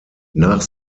nach